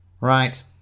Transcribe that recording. Right